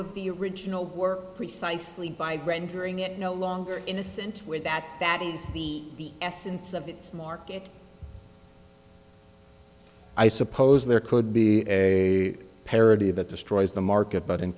of the original work precisely by rendering it no longer innocent with that that is the essence of its market i suppose there could be a parody that destroys the market but in